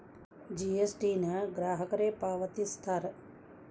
GST ನ ಗ್ರಾಹಕರೇ ಪಾವತಿಸ್ತಾರಾ